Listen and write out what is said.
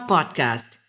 Podcast